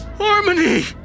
Harmony